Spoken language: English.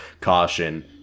caution